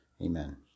Amen